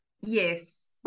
Yes